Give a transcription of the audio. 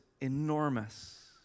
enormous